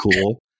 cool